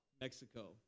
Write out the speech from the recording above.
Mexico